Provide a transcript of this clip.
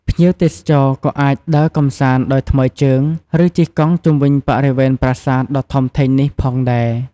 ភ្ញៀវទេសចរក៏អាចដើរកម្សាន្តដោយថ្មើរជើង ឬជិះកង់ជុំវិញបរិវេណប្រាសាទដ៏ធំធេងនេះផងដែរ។